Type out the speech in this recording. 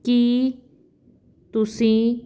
ਕੀ ਤੁਸੀਂ